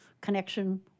connection